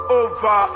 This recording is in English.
over